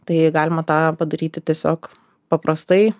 tai galima tą padaryti tiesiog paprastai